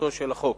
לחקיקתו של החוק